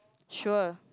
sure